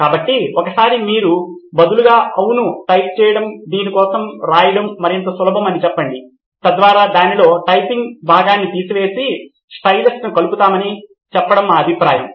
కాబట్టి ఒకసారి మీరు బదులుగా అవును టైప్ చేయడం దీని కోసం రాయడం మరింత సులభం అని చెప్పండి తద్వారా దానిలోని టైపింగ్ భాగాన్ని తీసివేసి స్టైలస్ను కలుపుతామని చెప్పడం మా అభిప్రాయం